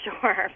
sure